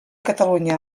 catalunya